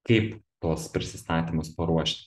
kaip tuos prisistatymus paruošti